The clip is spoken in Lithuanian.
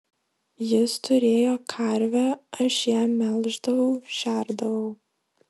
jis turėjo karvę aš ją melždavau šerdavau